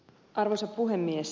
arvoisa puhemies